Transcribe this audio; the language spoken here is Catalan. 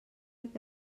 que